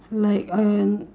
like uh